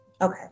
Okay